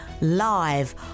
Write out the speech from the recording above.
live